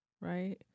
right